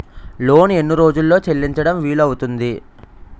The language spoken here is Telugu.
లోన్ ఎన్ని రోజుల్లో చెల్లించడం వీలు అవుతుంది?